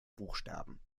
buchstaben